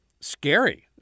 scary